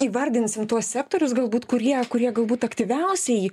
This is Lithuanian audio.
įvardinsim tuos sektorius galbūt kurie kurie galbūt aktyviausiai